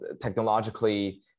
technologically